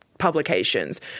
Publications